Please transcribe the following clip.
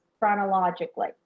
chronologically